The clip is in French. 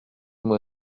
moi